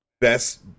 best